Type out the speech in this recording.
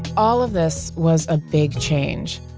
all of this was a big change,